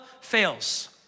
fails